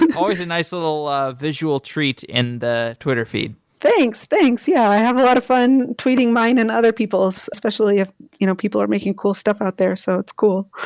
um always a nice little ah visual treat in the twitter feed thanks, thanks. yeah, i have a lot of fun tweeting mine and other people's, especially if you know people are making cool stuff out there. so it's cool.